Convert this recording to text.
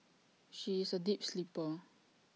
she is A deep sleeper